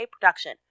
production